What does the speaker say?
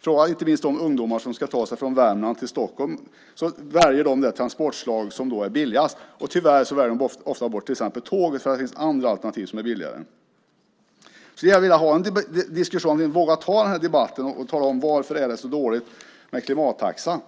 Fråga inte minst de ungdomar som ska ta sig från Värmland till Stockholm! De väljer det transportslag som är billigast, och tyvärr väljer de ofta bort till exempel tåget eftersom det finns andra alternativ som är billigare. Jag skulle vilja ha en diskussion och att vi vågar ta den här debatten om varför det är så dåligt med klimattaxa.